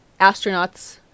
astronauts